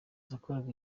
nakoraga